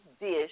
dish